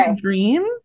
Dream